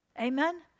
Amen